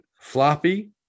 floppy